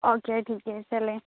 okay ٹھیک ہے چلیں